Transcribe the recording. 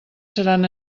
seran